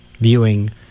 viewing